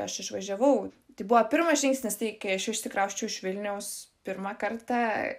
aš išvažiavau tai buvo pirmas žingsnis kai aš jau išsikrausčiau iš vilniaus pirmą kartą